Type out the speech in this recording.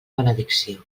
benedicció